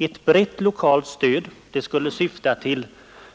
Ett brett lokalt stöd skulle syfta till